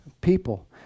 people